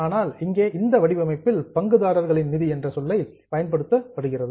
ஆனால் இங்கே இந்த வடிவமைப்பில் இது பங்குதாரர்களின் நிதி என்ற சொல்லை பயன்படுத்துகிறது